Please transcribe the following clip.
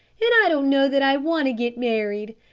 and i don't know that i want to get married.